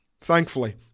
Thankfully